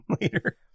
later